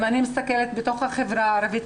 בחברה הערבית,